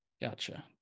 gotcha